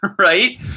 right